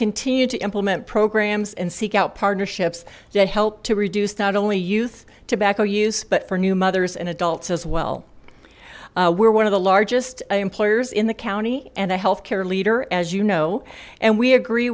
continue to implement programs and seek out partnerships that help to reduce not only youth tobacco use but for new mothers and adults as well we're one of the largest employers in the county and a health care leader as you know and we agree